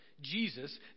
Jesus